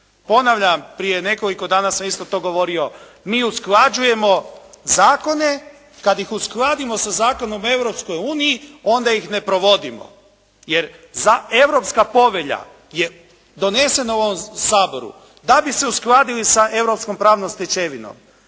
Ponavljam, prije nekoliko dana sam isto to govorio, mi i usklađujemo zakone kada ih uskladimo sa zakonom o Europskoj uniji, onda ih ne provodimo. Jer Europske povelja je donesena u ovom Saboru. Da bi se uskladili sa europskom pravnom stečevinom